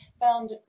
found